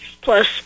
plus